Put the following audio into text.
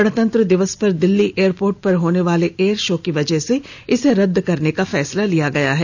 गणतंत्र दिवस पर दिल्ली एयरपोर्ट पर होने वाले एयर शो की वजह से इसे रद्द करने का फैसला लिया गया है